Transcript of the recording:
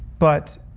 but